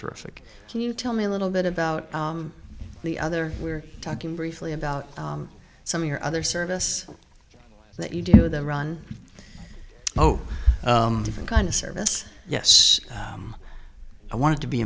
terrific can you tell me a little bit about the other we're talking briefly about some of your other service that you do the run oh different kind of service yes i wanted to be